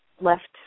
left